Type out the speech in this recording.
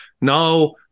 Now